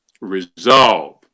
resolve